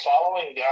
following